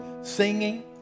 singing